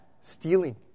stealing